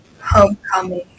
homecoming